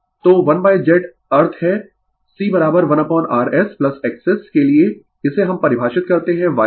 तो 1Z अर्थ है C1rs XS के लिए इसे हम परिभाषित करते है Y S